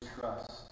trust